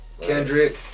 Kendrick